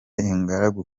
ingaragu